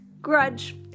Grudge